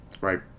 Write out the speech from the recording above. right